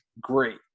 great